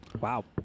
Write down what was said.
Wow